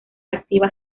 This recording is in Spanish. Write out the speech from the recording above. activa